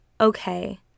Okay